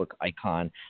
icon